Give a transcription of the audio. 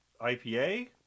IPA